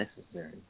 necessary